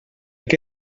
què